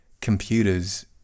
computers